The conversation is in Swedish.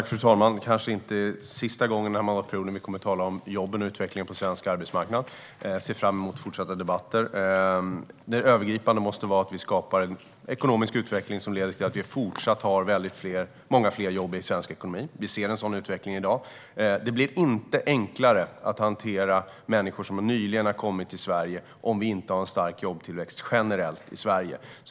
Fru talman! Det här är nog inte sista gången under mandatperioden som vi talar om jobben och utvecklingen på svensk arbetsmarknad. Jag ser fram emot fortsatta debatter. Det övergripande måste vara att vi skapar en ekonomisk utveckling som leder till att vi i fortsättningen har många fler jobb i svensk ekonomi. Vi ser en sådan utveckling i dag. Det blir inte enklare att hantera människor som nyligen har kommit till Sverige om vi inte har en stark jobbtillväxt generellt i Sverige.